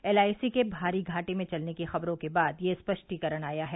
LIC के भारी घाटे में चलने की खबरों के बाद यह स्पष्टीकरण आया है